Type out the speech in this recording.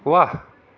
ৱাহ